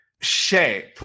shape